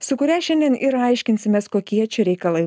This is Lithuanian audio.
su kuria šiandien ir aiškinsimės kokie čia reikalai